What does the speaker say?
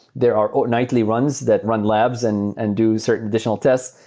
there are ah nightly runs that run labs and and do certain additional tests.